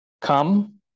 Come